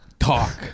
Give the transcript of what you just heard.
talk